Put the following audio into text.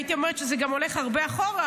הייתי גם אומרת שזה הולך הרבה אחורה,